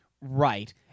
right